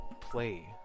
play